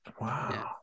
Wow